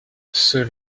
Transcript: ceux